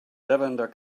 lavender